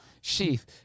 Sheath